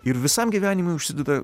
ir visam gyvenimui užsideda